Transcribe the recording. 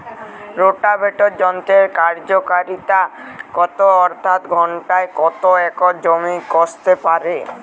Rotavator যন্ত্রের কার্যকারিতা কত অর্থাৎ ঘণ্টায় কত একর জমি কষতে পারে?